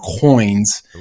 coins